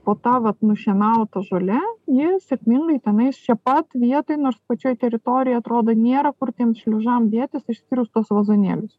po to vat nušienauta žole ji sėkmingai tenais čia pat vietoj nors pačioj teritorijoj atrodo nėra kur tiem šliužam dėtis išskyrus tuos vazonėlius